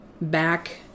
back